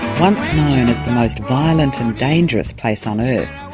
um the most violent and dangerous place on earth,